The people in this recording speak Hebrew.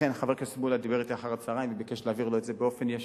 חבר הכנסת מולה דיבר אתי אחר הצהריים וביקש להעביר לו את זה באופן ישיר,